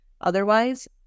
Otherwise